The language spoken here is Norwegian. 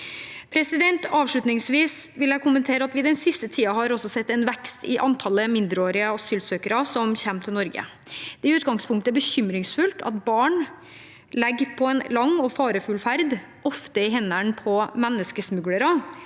sak. Avslutningsvis vil jeg kommentere at vi den siste tiden har sett en vekst i antallet mindreårige asylsøkere som kommer til Norge. Det er i utgangspunktet bekymringsfullt at barn legger ut på en lang og farefull ferd, ofte i hendene på menneskesmuglere.